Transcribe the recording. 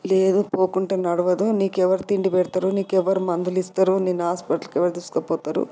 లేదు పోకుంటే నడవదు నీకు ఎవరు తిండి పెడతారు నీకు ఎవరు మందులు ఇస్తారు నిన్ను ఆసుపత్రికి ఎవరు తీసుకుని పోతారు